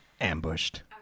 Ambushed